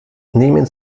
nehmen